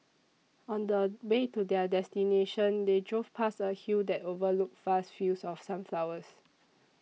on the way to their destination they drove past a hill that overlooked vast fields of sunflowers